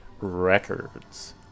Records